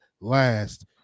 last